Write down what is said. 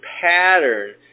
pattern